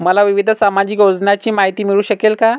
मला विविध सामाजिक योजनांची माहिती मिळू शकेल का?